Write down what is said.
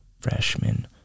Freshman